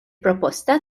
proposta